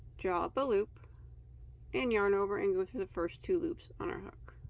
draw up a loop and yarn over and go through the first two loops on our hook